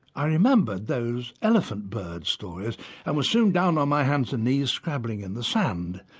i remembered those elephant-bird stories and was soon down on my hands and knees scrabbling in the sand,